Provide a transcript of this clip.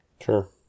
Sure